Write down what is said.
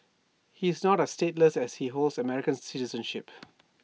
he is not stateless as he holds American citizenship